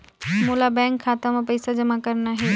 मोला बैंक खाता मां पइसा जमा करना हे?